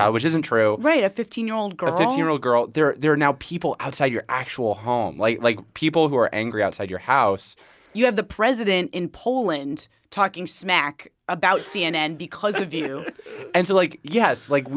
which isn't true right, a fifteen year old girl? a fifteen year old girl. there there are now people outside your actual home, like like, people who are angry outside your house you have the president in poland talking smack about cnn because of you and so, like, yes, like,